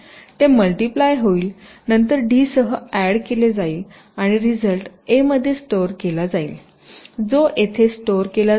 ते मल्टीप्लाय होईल नंतर डी सह अॅड केले जाईल आणि रिजल्ट ए मध्ये स्टोर केला जाईल जो येथे येथे स्टोर केला जाईल